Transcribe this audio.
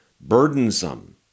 burdensome